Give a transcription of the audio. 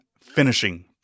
finishing